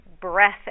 breath